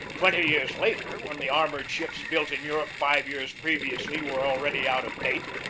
twenty years later, when the armored ships built in europe five years previously were already out of date,